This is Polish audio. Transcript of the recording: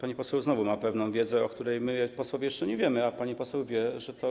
Pani poseł znowu ma pewną wiedzę, o której my, posłowie, jeszcze nie wiemy, a pani poseł wie, że to już wszystko.